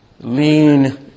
lean